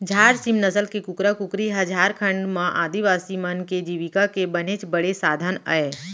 झार सीम नसल के कुकरा कुकरी ह झारखंड म आदिवासी मन के जीविका के बनेच बड़े साधन अय